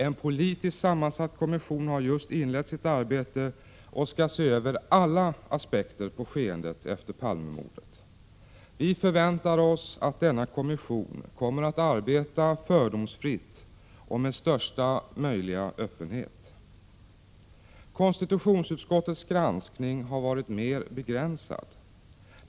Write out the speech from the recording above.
En politiskt sammansatt kommission har just inlett sitt arbete och skall se över alla aspekter på skeendet efter Palmemordet. Vi förväntar oss att denna kommission kommer att arbeta fördomsfritt och med största möjliga öppenhet. Konstitutionsutskottets granskning har varit mer begränsad.